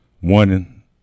one